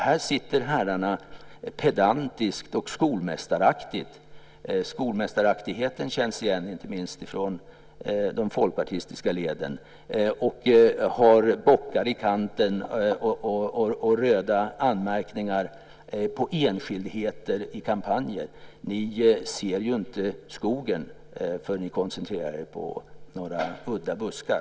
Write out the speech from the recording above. Här sitter herrarna pedantiskt och skolmästaraktigt - skolmästaraktigheten känns igen inte minst från de folkpartistiska leden - och har bockar i kanten och röda anmärkningar på enskildheter i kampanjer. Ni ser inte skogen, för ni koncentrerar er på några udda buskar.